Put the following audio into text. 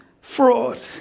fraud